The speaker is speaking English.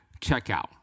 checkout